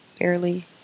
barely